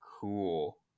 cool